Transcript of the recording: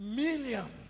million